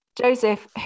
Joseph